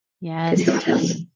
Yes